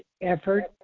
effort